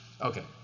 Okay